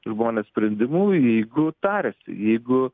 žmonės sprendimu jeigu tariasi jeigu